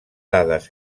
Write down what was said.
dades